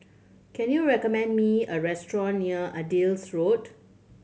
can you recommend me a restaurant near Adis Road